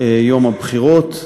יום הבחירות.